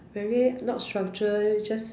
very not structured just